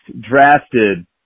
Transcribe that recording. drafted